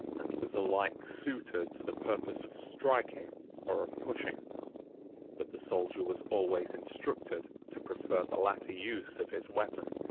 and was alike suited to the purpose of striking or of pushing but the soldier was always instructed to prefer the latter use of his weapon,